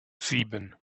sieben